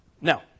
Now